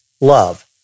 love